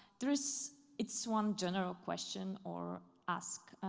there is, it's one general question, or ask,